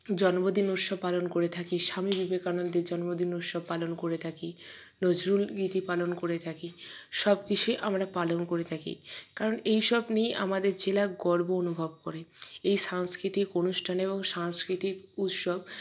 জন্মদিন উৎসব পালন করে থাকি স্বামী বিবেকানন্দের জন্মদিন উৎসব পালন করে থাকি নজরুল গীতি পালন করে থাকি সব কিছুই আমরা পালন করে থাকি কারণ এইসব নিয়েই আমাদের জেলা গর্ব অনুভব করে এই সাংষ্কৃতিক অনুষ্ঠান এবং সাংষ্কৃতিক উৎসব